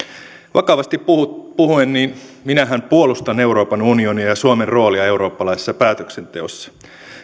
vakavasti puhuen minähän puolustan euroopan unionia ja suomen roolia eurooppalaisessa päätöksenteossa